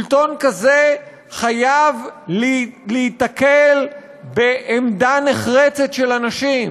שלטון כזה חייב להיתקל בעמדה נחרצת של אנשים